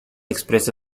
expresa